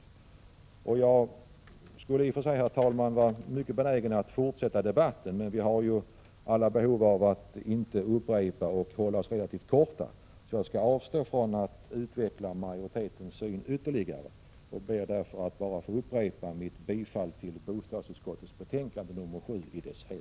I och för sig är jag mycket benägen att fortsätta debatten. Men alla vi här bör väl avstå från upprepningar och i stället vara relativt kortfattade. Därför avstår jag från att ytterligare utveckla majoritetens syn. Således upprepar jag bara mitt yrkande om bifall till hemställan i bostadsutskottets betänkande nr 7 i dess helhet.